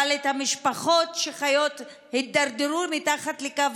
אבל משפחות שחיות והידרדרו מתחת לקו